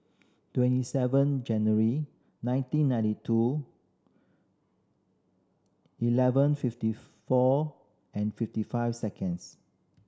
twenty seven January nineteen ninety two eleven fifty four and fifty five seconds